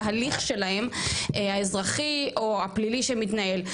בהליך שלהם האזרחי או הפלילי שמתנהל.